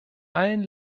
allen